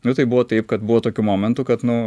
nuo tai buvo taip kad buvo tokių momentų kad nu